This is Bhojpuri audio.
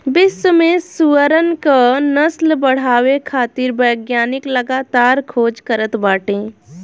विश्व में सुअरन क नस्ल बढ़ावे खातिर वैज्ञानिक लगातार खोज करत बाटे